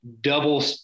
double